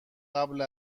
قبل